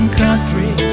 country